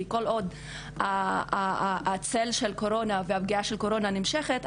כי כל עוד צל הקורונה ופגיעת הקורונה נמשכת,